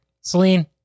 Celine